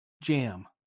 jam